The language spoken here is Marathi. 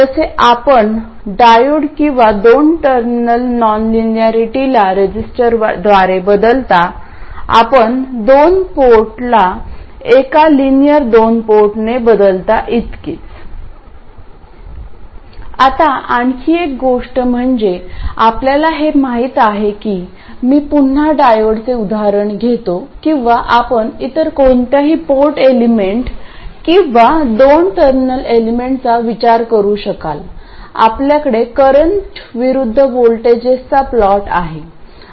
जसे आपण डायोड किंवा दोन टर्मिनल नॉनलिनॅरिटीला रेझिस्टरद्वारे बदलता आपण दोन पोर्टला एका लिनियर दोन पोर्टने बदलताइतकेच आता आणखी एक गोष्ट म्हणजे आपल्याला हे माहित आहे की मी पुन्हा डायोडचे उदाहरण घेतो किंवा आपण इतर कोणत्याही पोर्ट एलिमेंट किंवा दोन टर्मिनल एलिमेंटचा विचार करू शकाल आपल्याकडे करंट विरुद्ध व्होल्टेजचा प्लॉट आहे